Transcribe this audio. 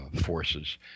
forces